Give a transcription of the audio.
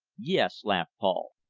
yes, laughed paul,